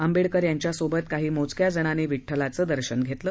आंबेडकर यांच्यासोबत काही मोजक्या जणांनी विठ्ठलाचं दर्शन घेतलं